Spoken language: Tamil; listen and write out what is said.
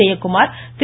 ஜெயக்குமார் திரு